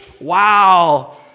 wow